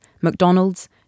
McDonald's